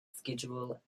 schedule